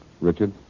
Richard